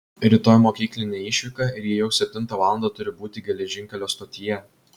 rytoj mokyklinė išvyka ir ji jau septintą valandą turi būti geležinkelio stotyje